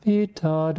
Vita